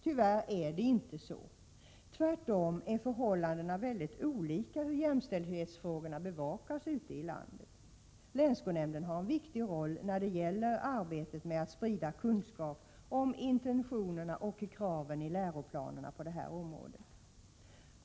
Tyvärr är det inte så. Tvärtom är förhållandena väldigt olika när det gäller hur jämställdhetsfrågorna bevakas ute i landet. Länsskolnämnden har en viktig roll när det gäller arbetet med att sprida kunskap om intentionerna och kraven i läroplanerna på detta område.